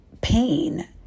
pain